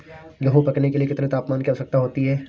गेहूँ पकने के लिए कितने तापमान की आवश्यकता होती है?